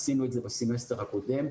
עשינו את זה בסמסטר הקודם,